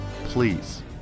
Please